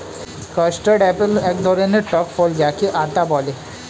custard apple এক ধরণের টক ফল যাকে আতা বলে